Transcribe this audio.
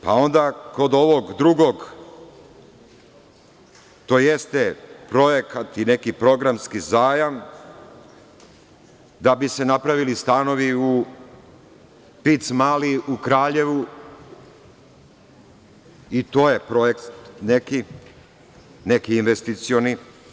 Pa, onda kod ovog drugog, to jeste projekat i neki programski zajam da bi se napravili stanovi u Pic mali u Kraljevu, i to je neki projekt, neki investicioni.